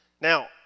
Now